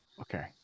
Okay